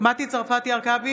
מטי צרפתי הרכבי, נגד